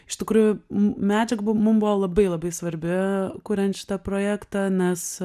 iš tikrųjų medžiaga mum buvo labai labai svarbi kuriant šitą projektą nes